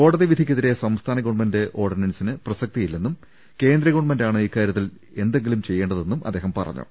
കോടതി വിധിക്കെതിരെ സംസ്ഥാന ഗവൺമെന്റ് ഓർഡിനൻസിന് പ്രസക്തി യില്ലെന്നും കേന്ദ്ര ഗവൺമെന്റാണ് ഇക്കാരൃത്തിൽ എന്തെങ്കിലും ചെയ്യേണ്ടതെന്നും അദ്ദേഹം പറഞ്ഞു